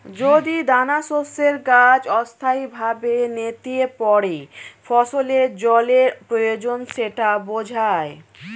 যদি দানাশস্যের গাছ অস্থায়ীভাবে নেতিয়ে পড়ে ফসলের জলের প্রয়োজন সেটা বোঝায়